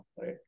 right